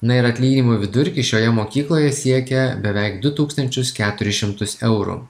na ir atlyginimų vidurkis šioje mokykloje siekia beveik du tūkstančius keturis šimtus eurų